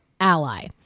ally